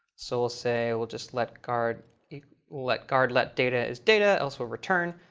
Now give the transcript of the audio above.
so we'll say we'll just let guard let guard let data is data, else will return.